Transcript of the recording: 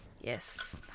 Yes